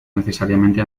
necesariamente